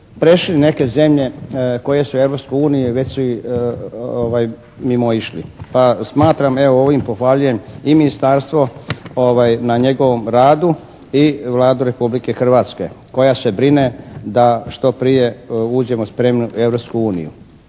prešli neke zemlje koje su u Europskoj uniji, već su ih mimoišli. Pa smatram, evo ovim pohvaljujem i ministarstvo na njegovom radu i Vladu Republike Hrvatske koja se brine da što prije uđemo spremno u